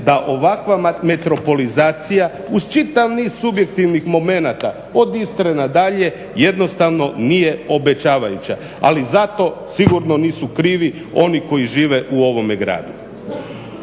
da ovakva metropolizacija uz čitav niz subjektivnih momenata od Istre nadalje jednostavno nije obećavajuća, ali zato sigurno nisu krivi oni koji žive u ovome gradu.